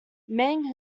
meng